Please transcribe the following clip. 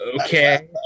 Okay